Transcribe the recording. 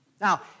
Now